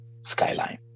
skyline